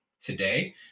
today